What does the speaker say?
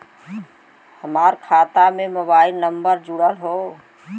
हमार खाता में मोबाइल नम्बर जुड़ल हो?